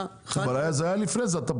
אבל זה היה לפני כן.